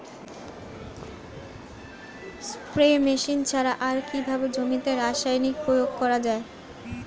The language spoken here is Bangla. স্প্রে মেশিন ছাড়া আর কিভাবে জমিতে রাসায়নিক প্রয়োগ করা যায়?